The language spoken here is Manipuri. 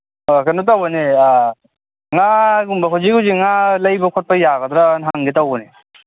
ꯑꯣ ꯀꯩꯅꯣ ꯇꯧꯕꯅꯦ ꯉꯥꯒꯨꯝꯕ ꯍꯧꯖꯤꯛ ꯍꯧꯖꯤꯛ ꯉꯥ ꯂꯩꯕ ꯈꯣꯠꯄ ꯌꯥꯒꯗ꯭ꯔꯅ ꯍꯪꯒꯦ ꯇꯧꯕꯅꯦ